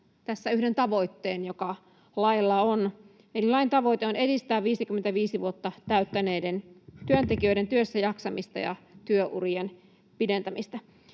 tässä yhden tavoitteen, joka lailla on. Eli lain tavoite on edistää 55 vuotta täyttäneiden työntekijöiden työssäjaksamista ja työurien pidentämistä.